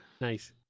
Nice